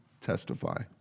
testify